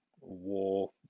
war